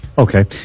Okay